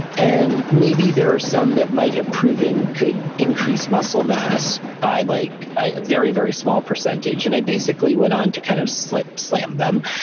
and maybe there are some that might have proven could increase muscle mass by like very, very small percentage. and i basically went on to kind of slam slam them,